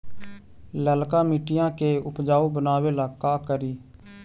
लालका मिट्टियां के उपजाऊ बनावे ला का करी?